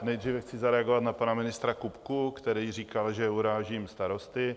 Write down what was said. Nejdříve chci zareagovat na pana ministra Kupku, který říkal, že urážím starosty.